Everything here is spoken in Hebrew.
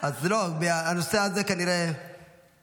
הנושא הזה כנראה